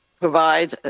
provide